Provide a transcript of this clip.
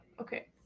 Okay